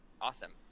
awesome